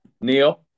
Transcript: Neil